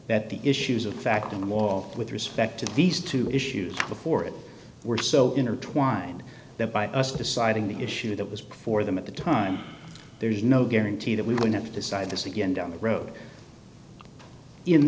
that the issues of fact in the law with respect to these two issues before it were so intertwined that by us deciding the issue that was before them at the time there is no guarantee that we would have to decide this again down the road